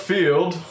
Field